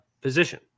position